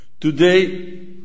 Today